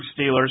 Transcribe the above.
Steelers